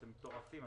אתם מטורפים,